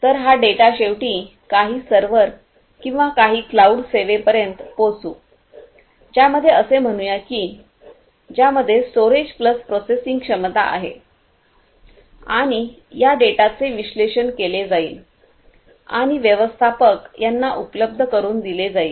तर हा डेटा शेवटी काही सर्व्हर किंवा काही क्लाऊड सेवेपर्यंत पोहोचू ज्यामध्ये असे म्हणूया की ज्यामध्ये स्टोरेज प्लस प्रोसेसिंग क्षमता आहे आणि या डेटाचे विश्लेषण केले जाईल आणि व्यवस्थापक यांना उपलब्ध करुन दिले जाईल